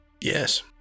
Yes